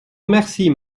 remercie